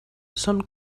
són